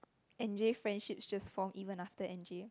Anjib friendship just form even after Anjib